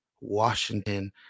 Washington